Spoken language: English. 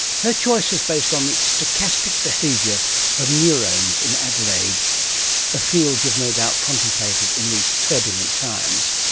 her choice is based on the stochastic behaviour of neurones in adelaide a field you've no doubt contemplated in these turbulent times.